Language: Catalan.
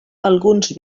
alguns